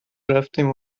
رفتیم